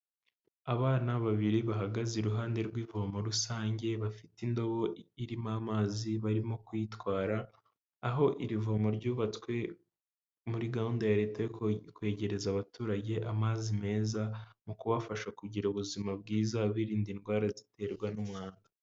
Abana babiri bahagaze iruhande rw'ivomo rusange, bafite indobo irimo amazi barimo kuyitwara, aho iri vomo ryubatswe muri gahunda ya Leta yo kwegereza abaturage amazi meza, mu kubafasha kugira ubuzima bwiza birinda indwara ziterwa n'umwanda.